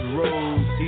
rose